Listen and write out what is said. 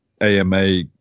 AMA